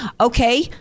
okay